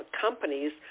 companies